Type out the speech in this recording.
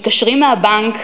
מתקשרים מהבנק,